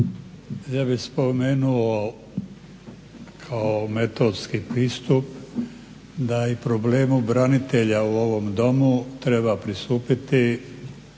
Ja bih spomenuo kao metodski pristup da i problemu branitelja u ovom Domu treba pristupiti